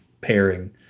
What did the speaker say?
pairing